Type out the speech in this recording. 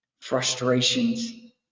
frustrations